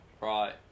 Right